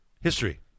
History